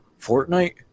Fortnite